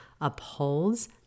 upholds